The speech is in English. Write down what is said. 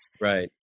Right